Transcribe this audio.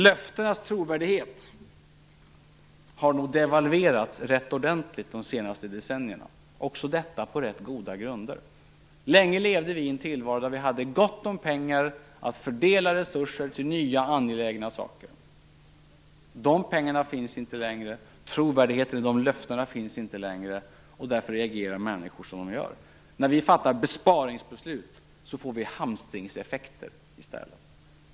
Löftenas trovärdighet har nog devalverats rätt ordentligt under de senaste decennierna, också detta på rätt goda grunder. Länge levde vi i en tillvaro där vi hade gott om pengar. Vi kunde fördela resurser till nya angelägna saker. De pengarna finns inte längre, trovärdigheten i de löftena finns inte längre och därför reagerar människor som de gör. När vi fattar besparingsbeslut får vi hamstringseffekter i stället.